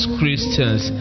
Christians